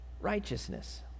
righteousness